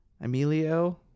Emilio